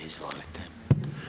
Izvolite.